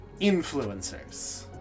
Influencers